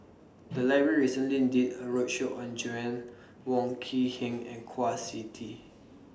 The Library recently did A roadshow on Joanna Wong Quee Heng and Kwa Siew Tee